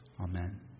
Amen